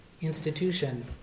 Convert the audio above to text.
institution